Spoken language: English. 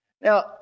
Now